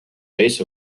base